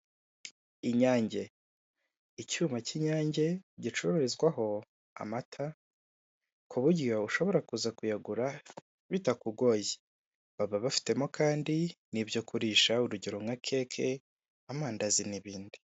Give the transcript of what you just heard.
Inyange, icyuma cy'inyange gicururizwaho amata, ku buryo ushobora kuza kuyagura bitakugoye, baba bafitemo kandi n'ibyo kurisha urugero nka keke, amandazi n'ibindi.